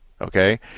okay